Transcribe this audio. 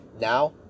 now